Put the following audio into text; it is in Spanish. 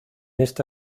esta